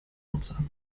nutzer